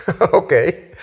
Okay